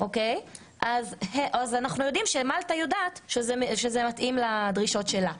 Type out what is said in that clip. אנחנו יודעים שמלטה יודעת שזה מתאים לדרישות שלה.